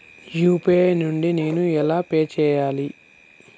UPI నుండి నేను ఎలా పే చెయ్యాలి?